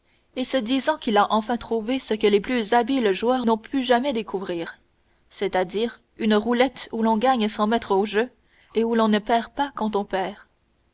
et se disant qu'il a enfin trouvé ce que les plus habiles joueurs n'ont pu jamais découvrir c'est-à-dire une roulette où l'on gagne sans mettre au jeu et où l'on ne perd pas quand on perd